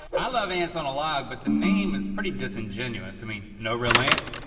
i love ants on a log but the name is pretty disingenuous. i mean no real ants,